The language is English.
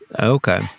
Okay